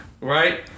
right